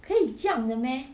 可以这样的 meh